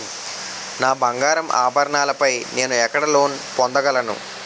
నా బంగారు ఆభరణాలపై నేను ఎక్కడ లోన్ పొందగలను?